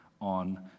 on